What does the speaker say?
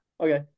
Okay